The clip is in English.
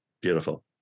Beautiful